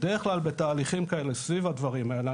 בדרך כלל בתהליכים כאלה וסביב הדברים האלה,